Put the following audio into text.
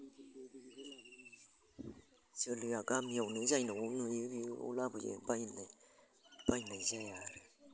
जोलैया गामियावनो जायनावनो नुयो बेयावनो लाबोयो बायनाय जाया आरो